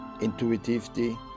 Intuitivity